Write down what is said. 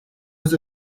was